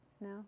no